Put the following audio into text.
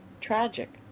tragic